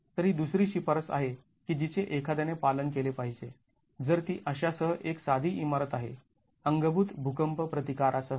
तर ही दुसरी शिफारस आहे की जिचे एखाद्याने पालन केले पाहिजे जर ती अशा सह एक साधी इमारत आहे अंगभूत भूकंप प्रतिकारा सह